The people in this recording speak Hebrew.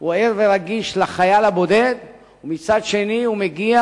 הוא ער ורגיש לחייל הבודד ומצד שני הוא מגיע